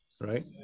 right